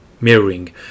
mirroring